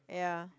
ya